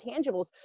intangibles